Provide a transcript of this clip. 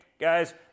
guys